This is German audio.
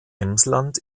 emsland